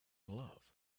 love